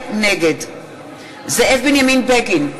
נגד זאב בנימין בגין,